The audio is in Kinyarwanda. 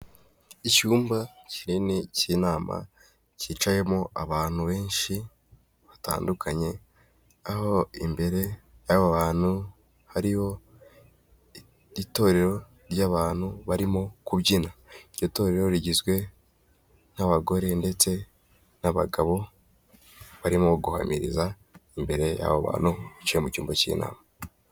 Icyumba kinini cy'inama cyicayemo abantu benshi batandukanye aho imbere y'abantu hariho itorero ry'abantu barimo kubyina, iryo torero rigizwe n'abagore ndetse n'abagabo barimo guhamiriza imbere y' bantu bicaye mu cyumba cy'inama.